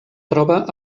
troba